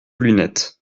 lunettes